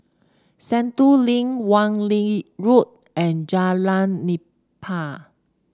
Sentul Link Wan Lee Road and Jalan Nipah